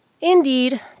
Indeed